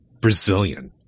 Brazilian